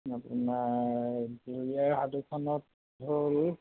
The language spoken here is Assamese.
আপোনাৰ বুঢ়ী আই সাধুখনত হ'ল